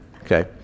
Okay